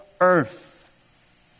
earth